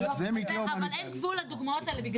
המעסיק משלם את החלק שלו בעניין הזה לעובד והוא מקבל בתמורה את ימי